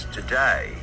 today